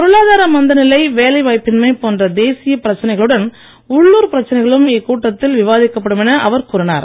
பொருளாதார மந்தநிலை வேலைவாய்ப்பின்மை போன்ற தேசிய பிரச்சனைகளுடன் உள்ளுர் பிரச்சனைகளும் இக்கூட்டத்தில் விவாதிக்கப்படும் என அவர் கூறினார்